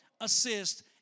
assist